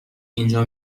اینجا